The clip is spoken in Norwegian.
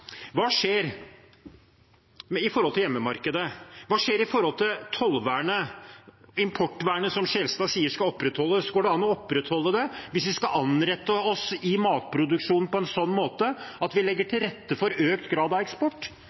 Hva skjer når det gjelder hjemmemarkedet? Hva skjer når det gjelder tollvernet? Importvernet som Skjelstad sier skal opprettholdes: Går det an å opprettholde det hvis vi skal innrette matproduksjonen på en slik måte at vi legger til rette for økt grad av eksport?